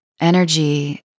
energy